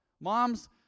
Moms